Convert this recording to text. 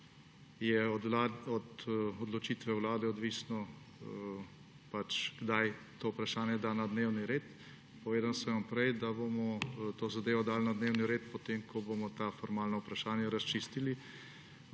je od odločitve vlade odvisno, kdaj to vprašanje da na dnevni red. Povedal sem vam prej, da bomo to zadevo dali na dnevni red potem, ko bomo ta formalna vprašanja razčistili.